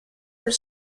were